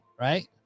Right